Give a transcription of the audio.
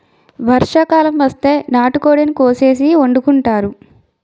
వర్షాకాలం వస్తే నాటుకోడిని కోసేసి వండుకుంతారు